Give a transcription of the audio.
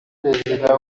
perezida